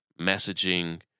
messaging